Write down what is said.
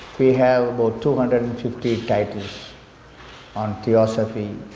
we have about two hundred and fifty titles on theosophy,